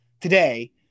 today